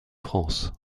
france